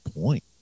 point